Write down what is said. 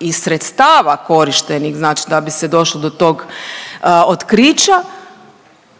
i sredstava korištenih da bi se došlo do tog otkrića